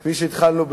כפי שהתחלנו,